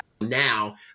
now